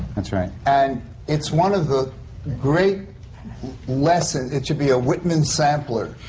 that's right. and it's one of the great lessons. it should be ah whitman's sampler